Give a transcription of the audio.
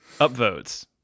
upvotes